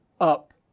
up